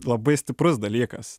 labai stiprus dalykas